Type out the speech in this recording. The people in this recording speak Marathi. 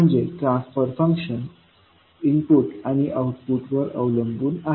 म्हणजेच ट्रान्सफर फंक्शन इनपुट आणि आउटपुटवर अवलंबून आहे